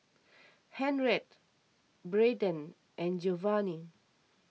Henriette Brayden and Geovanni